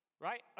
right